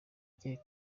igiye